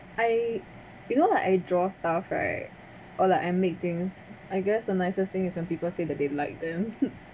I you know like I draw stuff right or like I make things I guess the nicest thing is when people say that they like them